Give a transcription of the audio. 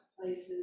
places